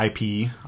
IP